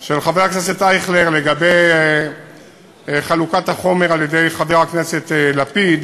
של חבר הכנסת אייכלר לגבי חלוקת החומר על-ידי חבר הכנסת לפיד: